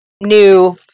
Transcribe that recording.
new